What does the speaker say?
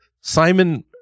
Simon